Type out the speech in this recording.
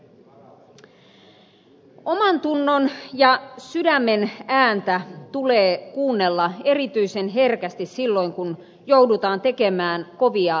omantunnon ja sydämen ääntä tulee kuunnella erityisen herkästi silloin kun joudutaan tekemään kovia talousratkaisuja